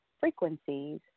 frequencies